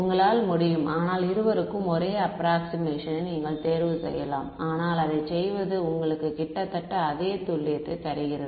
உங்களால் முடியும் ஆனால் இருவருக்கும் ஒரே அப்ராக்ஸிமேஷனை நீங்கள் தேர்வு செய்யலாம் ஆனால் இதைச் செய்வது உங்களுக்கு கிட்டத்தட்ட அதே துல்லியத்தை தருகிறது